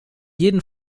jeden